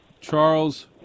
Charles